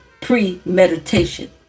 premeditation